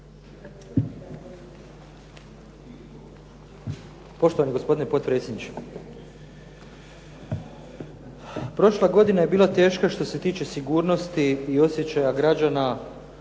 Poštovani gospodine potpredsjedniče. Prošla godina je bila teška što se tiče sigurnosti i osjećaja građana